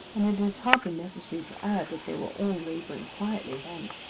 and it is hardly necessary to add that they were all labouring quietly, then.